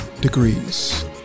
degrees